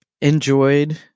enjoyed